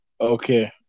okay